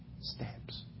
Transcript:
steps